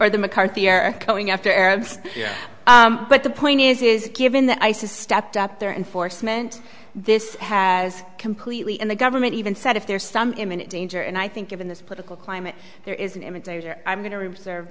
or the mccarthy are going after arabs but the point is is given that isis stepped up their enforcement this has completely in the government even said if there's some imminent danger and i think given this political climate there is an imitator i'm going to reserve